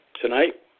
Tonight